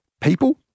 people